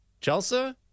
Chelsea